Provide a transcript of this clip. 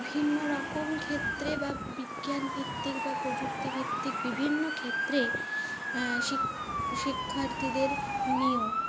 বিভিন্ন রকম ক্ষেত্রে বা বিজ্ঞানভিত্তিক বা প্রযুক্তিভিত্তিক বিভিন্ন ক্ষেত্রেই শিক্ষার্থীদের নিয়োগ